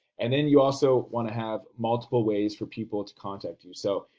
and then you also want to have multiple ways for people to contact you. so,